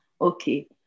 okay